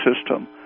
system